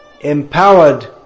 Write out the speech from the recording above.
empowered